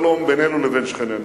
לרצות להשיג שלום בינינו לבין שכנינו.